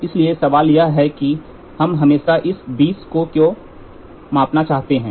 इसलिए सवाल यह है कि हम हमेशा इस 20 को क्यों मापना चाहते हैं